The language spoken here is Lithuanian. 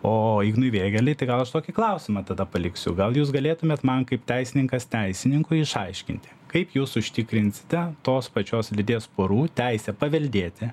o ignui vėgėlei tai gal aš tokį klausimą tada paliksiu gal jūs galėtumėt man kaip teisininkas teisininkui išaiškinti kaip jūs užtikrinsite tos pačios lyties porų teisę paveldėti